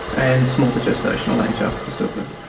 and small for gestational age after the stillbirth.